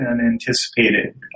unanticipated